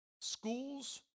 schools